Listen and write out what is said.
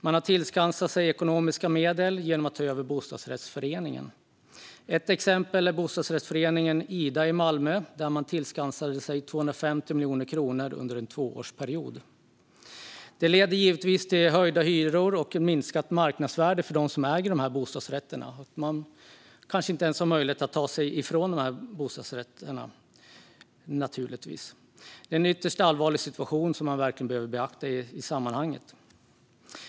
Man har tillskansat sig ekonomiska medel genom att ta över bostadsrättsföreningar. Ett exempel är bostadsrättsföreningen Ida i Malmö, där man tillskansade sig 250 miljoner kronor under en tvåårsperiod. Det ledde givetvis till höjda hyror och minskat marknadsvärde för dem som äger bostadsrätterna. De kanske inte ens har möjlighet att göra sig av med sina bostadsrätter. Det är en ytterst allvarlig situation som man verkligen behöver beakta i sammanhanget.